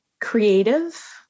creative